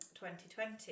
2020